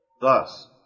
Thus